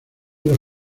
los